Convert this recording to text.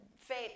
faith